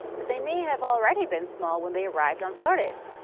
but they may have already been small when they arrived on flores.